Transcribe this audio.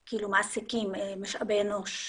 שמעסיקים, משאבי אנוש,